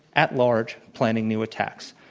at large, planning new attacks.